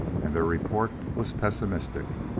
and their report was pessimistic.